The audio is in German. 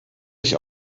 sich